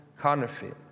counterfeit